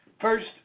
First